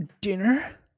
Dinner